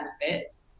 benefits